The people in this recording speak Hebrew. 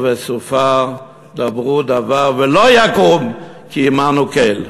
ותופר דברו דבר ולא יקום כי עמנו קֵל".